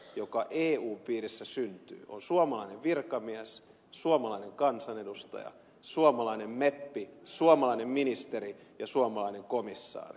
jokaisen päätöksen takana joka eun piirissä syntyy on suomalainen virkamies suomalainen kansanedustaja suomalainen meppi suomalainen ministeri ja suomalainen komissaari